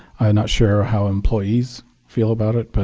i'm not sure how employees feel about it, but